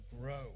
grow